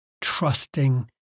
trusting